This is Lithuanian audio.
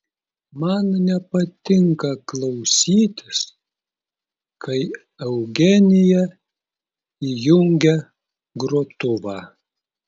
man nepatinka klausytis kai eugenija įjungia grotuvą